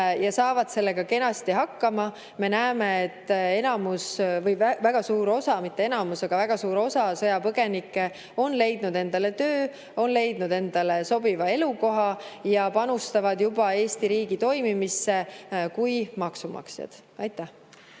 saavad sellega kenasti hakkama. Me näeme, et enamus … Mitte enamus, aga väga suur osa sõjapõgenikke on leidnud endale töö, on leidnud endale sobiva elukoha ja panustavad juba Eesti riigi toimimisse kui maksumaksjad. Aitäh!